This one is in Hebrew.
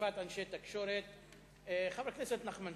תקיפת אנשי תקשורת, הצעות לסדר-היום מס'